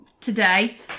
today